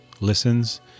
listens